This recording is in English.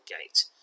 Gate